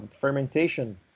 fermentation